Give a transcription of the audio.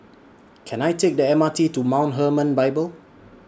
Can I Take The M R T to Mount Hermon Bible